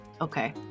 Okay